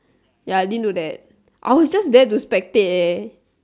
ya I didn't do that I was just there to spectate eh